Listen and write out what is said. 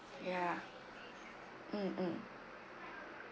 ya mm mm